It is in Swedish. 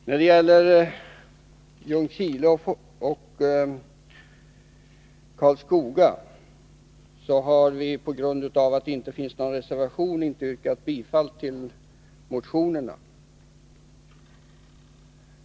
När det gäller Ljungskile och Karlskoga har jag på grund av att det inte finns någon reservation inte yrkat bifall till motionerna.